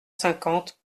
cinquante